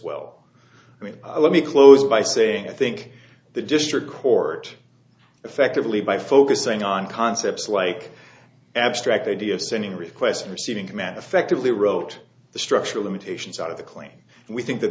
well i mean let me close by saying i think the district court effectively by focusing on concepts like abstract idea of sending requests receiving command effectively wrote the structural imitations out of the claim and we think that